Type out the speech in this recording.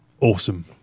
Awesome